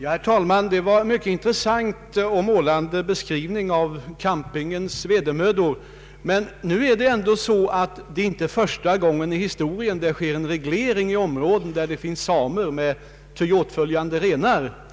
Herr talman! Det var en mycket intressant och målande beskrivning av campingens vedermödor. Nu är det ändå så att det inte är första gången i historien det sker en reglering i områden där det finns samer med renar.